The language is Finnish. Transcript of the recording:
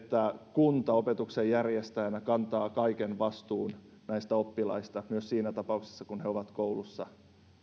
kunta opetuksen järjestäjänä kantaa kaiken vastuun näistä oppilaista myös siinä tapauksessa kun he ovat koulussa